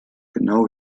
genau